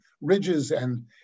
ridges—and